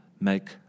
make